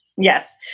Yes